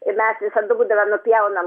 ir mes visada būdavo nupjaunam